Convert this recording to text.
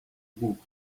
books